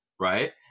Right